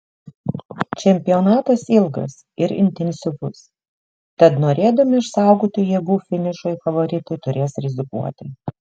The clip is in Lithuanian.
čempionatas ilgas ir intensyvus tad norėdami išsaugoti jėgų finišui favoritai turės rizikuoti